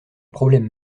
problème